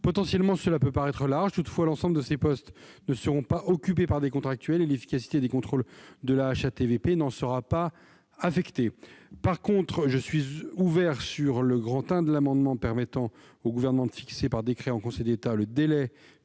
Potentiellement, le champ peut paraître large, mais l'ensemble de ces postes ne sera pas occupé par des contractuels et l'efficacité des contrôles de la HATVP n'en sera pas affectée. En revanche, je suis ouvert sur le paragraphe I de l'amendement, qui permet au Gouvernement de fixer par décret en Conseil d'État le délai